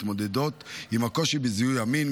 מתמודדות עם הקושי בזיהוי אמין,